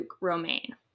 Romaine